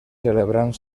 celebrant